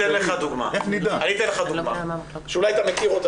אתן לך דוגמה שאולי אתה מכיר אותה,